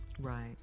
Right